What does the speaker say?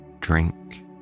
drink